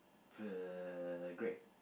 the great